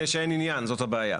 זה שאין עניין, זאת הבעיה.